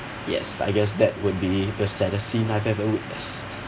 yes I guess that would be the saddest scene I've ever witnessed